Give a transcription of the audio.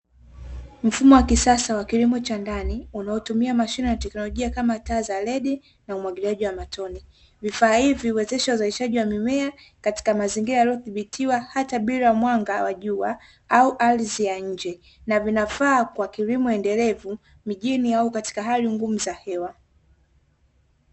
Mfumo wa kisasa wa kilimo cha ndani unaotumia mashine ya tekinolojia kama taa za ledi na umwagiliaji wa matone, vifaa hivi huwezesha uzalishaji wa mimea katika mazingira yaliyothibitiwa, hata bila mwanga wa jua au ardhi ya nje na vinafaa kwa kilimo endelevu, mjini au katika hali ngumu za hewa.